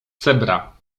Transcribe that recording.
cebra